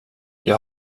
jag